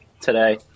today